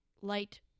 light